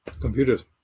Computers